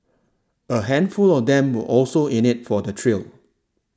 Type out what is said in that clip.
a handful of them were also in it for the thrill